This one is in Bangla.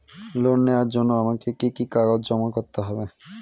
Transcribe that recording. লোন নেওয়ার জন্য আমাকে কি কি কাগজ জমা করতে হবে?